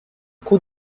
coup